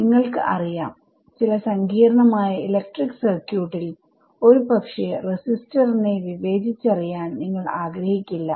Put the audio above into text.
നിങ്ങൾക്ക് അറിയാംചില സങ്കീർണ്ണമായ ഇലക്ട്രിക് സർക്യൂട്ടിൽ ഒരു പക്ഷെ റെസിസ്റ്റർ നെ വിവേചിച്ചറിയാൻ നിങ്ങൾ ആഗ്രഹിക്കില്ല